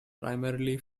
primarily